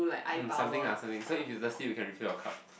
mm something ah something so if you thirsty you can refill your cup